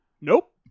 Nope